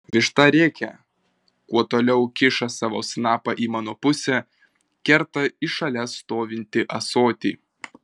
višta rėkia kuo toliau kiša savo snapą į mano pusę kerta į šalia stovintį ąsotį